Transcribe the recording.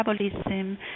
metabolism